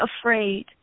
afraid